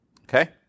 Okay